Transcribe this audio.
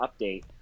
update